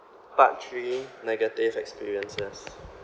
part three negative experiences